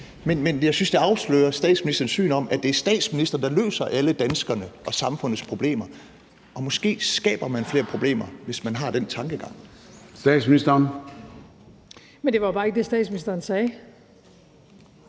det afslører statsministerens syn på det. Det er statsministeren, der løser alle danskerne og samfundets problemer. Og måske skaber man flere problemer, hvis man har den tankegang. Kl. 00:22 Formanden (Søren Gade): Statsministeren.